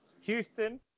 Houston